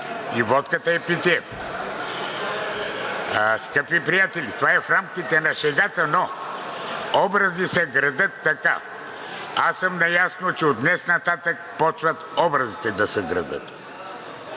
И водката е питие. (Смях.) Скъпи приятели, това е в рамките на шегата, но образи се градят така. Аз съм наясно, че от днес нататък започват образите да се градят.